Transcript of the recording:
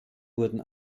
wurden